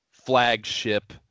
flagship